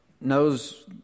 knows